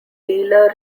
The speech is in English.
dealer